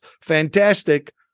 fantastic